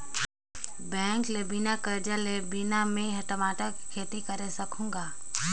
bank ले बिना करजा लेहे बिना में हर टमाटर के खेती करे सकहुँ गा